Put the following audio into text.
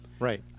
Right